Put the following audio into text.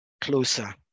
closer